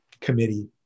committee